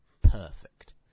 perfect